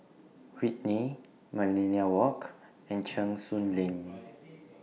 Whitley Millenia Walk and Cheng Soon Lane